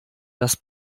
dass